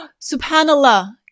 subhanallah